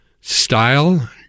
style